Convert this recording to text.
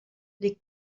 les